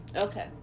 Okay